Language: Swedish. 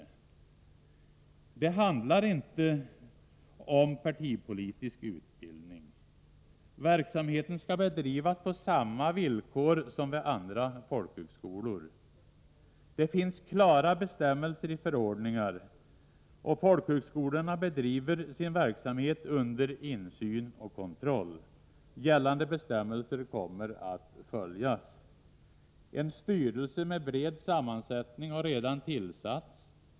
Det handlar inte om partipolitisk utbildning. Verksamheten skall bedrivas på samma villkor som vid andra folkhögskolor. Det finns klara bestämmelser i förordningar. Folkhögskolorna bedriver sin verksamhet under insyn och kontroll. Gällande bestämmelser kommer att följas. En styrelse med bred sammansättning har redan tillsatts.